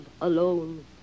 alone